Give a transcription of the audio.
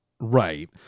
right